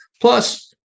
Plus